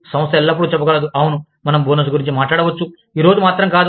సంస్థ ఎల్లప్పుడూ చెప్పగలదు అవును మనం బోనస్ గురించి మాట్లాడవచ్చు ఈ రోజు మాత్రం కాదు